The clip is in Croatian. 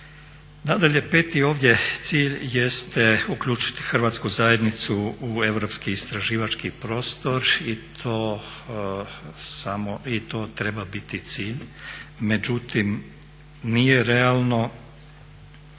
Nadalje, 5.ovdje cilj jeste uključiti hrvatsku zajednicu u europski istraživački prostor i to samo, i to treba biti cilj međutim nije realno